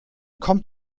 kommt